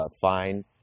fine